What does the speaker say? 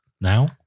now